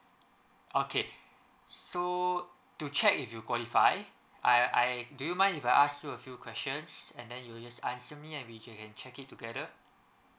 okay so to check if you qualify I I do you mind if I ask you a few questions and then you just answer me and which we can check it together